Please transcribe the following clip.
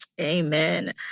amen